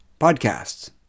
podcasts